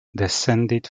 descended